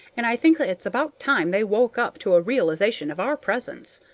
and i think it's about time they woke up to a realization of our presence.